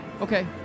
okay